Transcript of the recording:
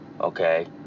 Okay